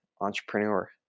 entrepreneur